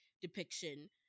depiction